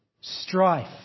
strife